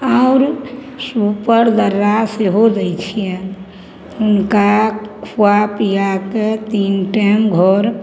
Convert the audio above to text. आओर सुपर दर्रा सेहो दै छिअनि हुनका खुआ पिआके तीन टाइम घर